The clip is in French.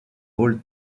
rôle